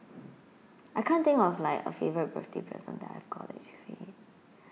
I can't think of like a favourite birthday present that I've got actually